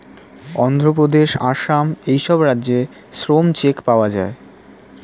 অন্ধ্রপ্রদেশ, আসাম এই সব রাজ্যে শ্রম চেক পাওয়া যায়